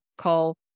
Call